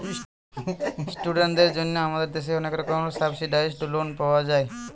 ইস্টুডেন্টদের জন্যে আমাদের দেশে অনেক রকমের সাবসিডাইসড লোন পাওয়া যায়